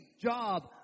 job